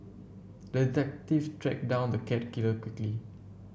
detective tracked down the cat killer quickly